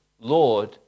Lord